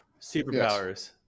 superpowers